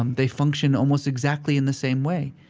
um they function almost exactly in the same way.